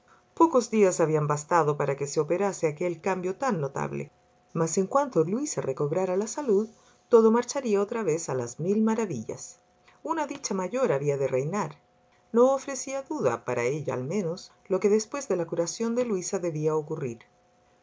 pocos días habían bastado para que se operase aquel cambio tan notable mas en cuanto luisa recobrara la salud todo marcharía otra vez a las mil maravillas una dicha mayor había de reinar no ofrecía duda para ella al menos lo que después de la curación de luisa debía ocurrir